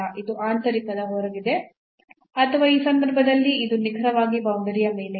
ಇದು ಆಂತರಿಕದ ಹೊರಗಿದೆ ಅಥವಾ ಈ ಸಂದರ್ಭದಲ್ಲಿ ಅದು ನಿಖರವಾಗಿ ಬೌಂಡರಿಯ ಮೇಲೆ ಇದೆ